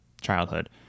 childhood